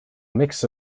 mix